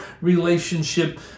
relationship